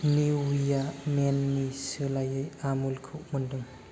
Nivea मेननि सोलायै आमुलखौ मोन्दों